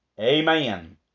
Amen